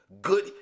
good